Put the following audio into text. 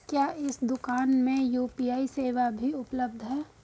क्या इस दूकान में यू.पी.आई सेवा भी उपलब्ध है?